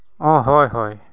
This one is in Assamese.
অঁ হয় হয়